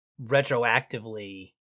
retroactively